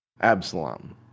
Absalom